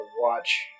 watch